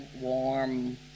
warm